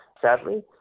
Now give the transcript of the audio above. sadly